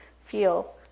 feel